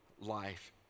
life